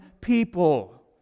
people